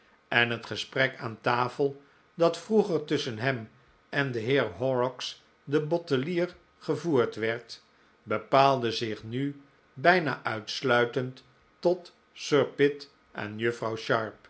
en het gesprek aan tafel dat vroeger tusschen hem en den heer horrocks den bottelier gevoerd werd bepaalde zich nu bijna uitsluitend tot sir pitt en juffrouw